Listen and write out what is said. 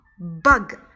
Bug